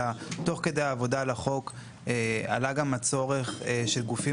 אלא תוך כדי העבודה על החוק עלה גם הצורך של גופים